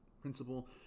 principle